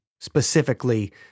specifically